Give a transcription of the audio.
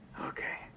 Okay